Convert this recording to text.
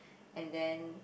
and then